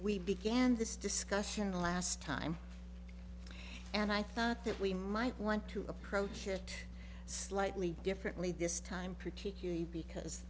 we began this discussion last time and i thought that we might want to approach it slightly differently this time particularly because